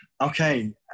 Okay